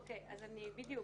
אוקיי, בדיוק.